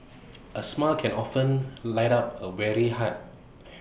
A smile can often light up A weary spirit